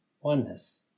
oneness